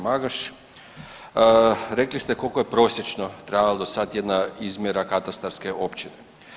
Magaš, rekli ste koliko je prosječno trajala sad jedna izmjera katastarske općine.